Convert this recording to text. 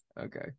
okay